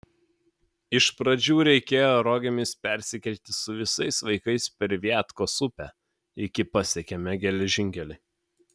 iš pradžių reikėjo rogėmis persikelti su visais vaikais per viatkos upę iki pasiekėme geležinkelį